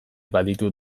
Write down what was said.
baditu